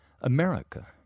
America